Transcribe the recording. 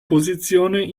posizione